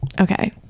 okay